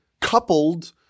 coupled